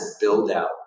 build-out